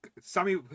Sammy